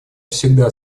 всегда